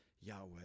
Yahweh